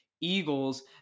Eagles